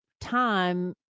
time